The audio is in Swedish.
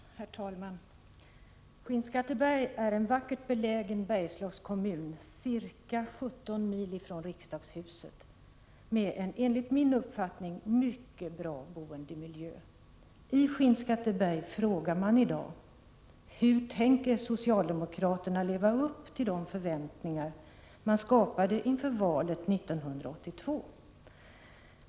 Herr talman! Skinnskatteberg är en vackert belägen Bergslagskommun ca 17 mil från riksdagshuset med en enligt min uppfattning mycket bra boendemiljö. I Skinnskatteberg frågar man i dag: Hur tänker socialdemokraterna leva upp till de förväntningar man skapade inför valet 1982?